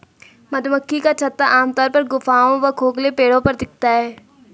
मधुमक्खी का छत्ता आमतौर पर गुफाओं व खोखले पेड़ों पर दिखता है